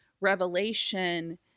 Revelation